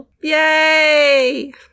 Yay